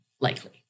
Likely